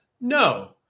No